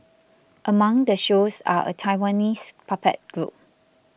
among the shows are a Taiwanese puppet group